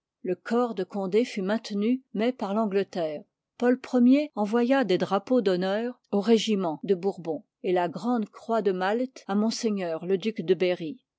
le corps de condé fut maintenu mais par l'angleterre paul i envoya des drapeaux d'honneur au régiment de bourbon et la grande croix de malte à m le duc de berry